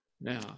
Now